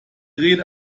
rede